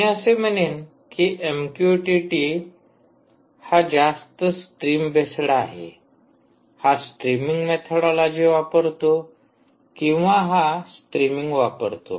मी असे म्हणेन की एमक्यूटीटी हा जास्त स्ट्रीम बेस्ड आहे हा स्ट्रीमिंग मेथोडोलॉजी वापरतो किंवा हा स्ट्रीमिंग वापरतो